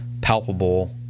palpable